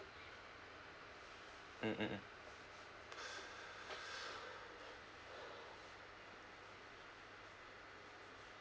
mm mm mm